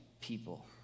people